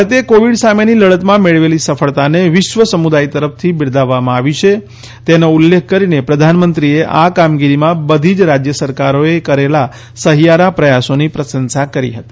ભારતે કોવિડ સામેની લડતમાં મેળવેલી સફળતાને વિશ્વ સમુદાય તરફથી બિરદાવવામાં આવી છે તેનો ઉલ્લેખ કરીને પ્રધાનમંત્રીએ આ કામગીરીમાં બધી જ રાજ્ય સરકારોએ કરેલા સહિયારા પ્રયાસોની પ્રશંસા કરી હતી